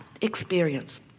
experience